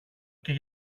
και